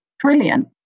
trillion